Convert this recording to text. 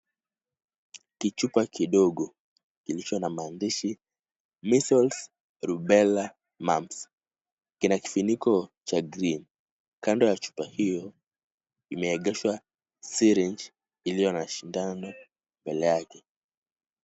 Kichupa kidogo kilicho na maandishi Measles, Rubella, Mumps . Kina kifuniko cha green . Kando ya chupa hiyo, imeegeshwa syringe iliyo na sindano mbele yake.